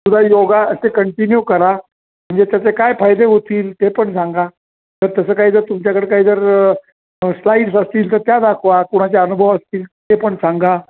सुद्धा योगा असं कंटिन्यू करा म्हणजे त्याचे काय फायदे होतील ते पण सांगा तर तसं काय जर तुमच्याकडं काय जर स्लाईड्स असतील तर त्या दाखवा कुणाचा अनुभव असतील ते पण सांगा